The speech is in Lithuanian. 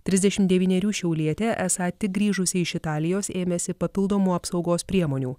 trisdešimt devynerių šiaulietė esą tik grįžusi iš italijos ėmėsi papildomų apsaugos priemonių